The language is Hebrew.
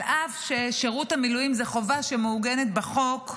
אף ששירות המילואים זו חובה שמעוגנת בחוק,